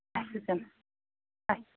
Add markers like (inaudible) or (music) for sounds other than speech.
(unintelligible)